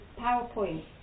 PowerPoint